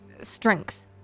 strength